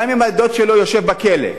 גם אם הדוד שלו יושב בכלא,